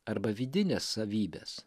arba vidines savybes